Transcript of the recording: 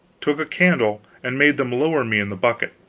took a candle, and made them lower me in the bucket.